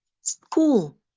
School